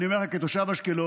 אני אומר לך כתושב אשקלון,